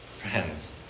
Friends